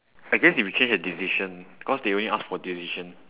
I guess you will change a decision cause they only ask for a decision